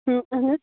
اہن حَظ